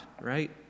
right